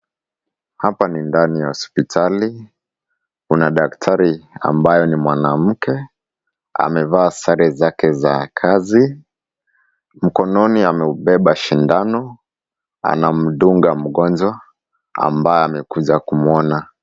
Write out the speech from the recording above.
Hapa ni ndani ya hospitali . Kuna daktari ambaye ni mwanamke amevaa sare zake za kazi. Mkononi ameubeba sindano. Anamdunga mgonjwa ambaye amekuja kumwona.